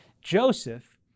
Joseph